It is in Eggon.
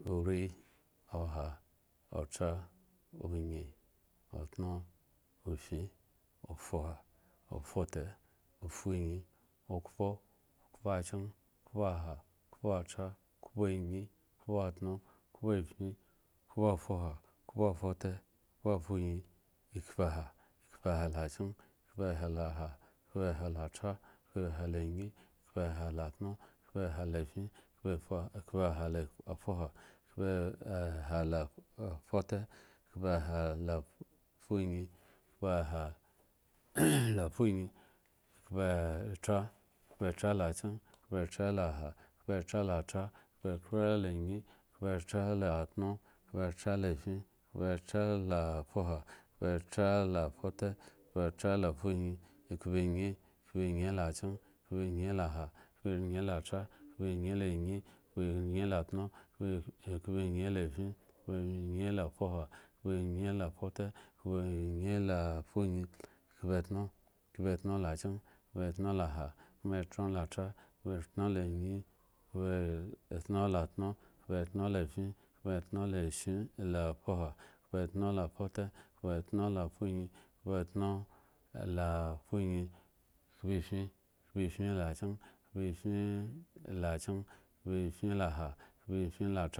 Ori, oha, otara, onyin, otumo ofin ofuha, ofute ofunyi okpo, kpo aha kpo atra kpo ayin kpo atuno kpo afin kpo afha kpo afute kpo afuyin ekpaha, la ayen, ekpaha la aha ekpaha la tra ekpaha la ayin ekpaha la atuno ekpaha la afin ekpaha la afuha ekpaha la afute ekpaha la afuyin kpaha fuyin, kpatra, kpatra la kyen, kpatra la ha kpatra la tra kpatra la ayin kpatra la tuno kpatra la fin kpatra la fuhu kpatra la fute kpatra la fuyin kpayin, kpayin la kyen kpayin la ha kpayin la tra kpayin la ayin kpayin la tuno kpayin la fin kpayin la fuhu kpayin la fute kpayin la fuyin kpatuno, kpatuno la ayin kpatuno la tuno kpatuno la adin kpatuno la afi kpatuno lafuha kpatuno la fute kpatuno la fuyin kpafin kpafin la kyen kpafin la kyen kpafin la ha